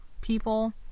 people